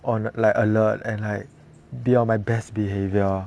on like alert and like beyond my best behaviour